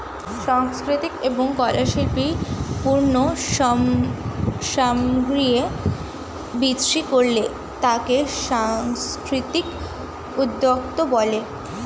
সাংস্কৃতিক এবং কলা শিল্পের পণ্য সামগ্রী বিক্রি করলে তাকে সাংস্কৃতিক উদ্যোক্তা বলে